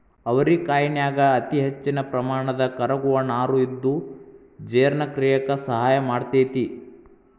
ಅವರಿಕಾಯನ್ಯಾಗ ಅತಿಹೆಚ್ಚಿನ ಪ್ರಮಾಣದ ಕರಗುವ ನಾರು ಇದ್ದು ಜೇರ್ಣಕ್ರಿಯೆಕ ಸಹಾಯ ಮಾಡ್ತೆತಿ